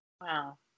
Wow